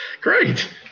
Great